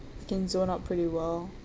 I can zone out pretty well